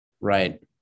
Right